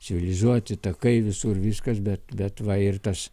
civilizuoti takai visur viskas bet bet va ir tas